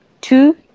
two